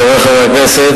חברי חברי הכנסת,